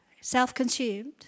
self-consumed